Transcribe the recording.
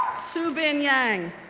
soo bin yang,